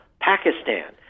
Pakistan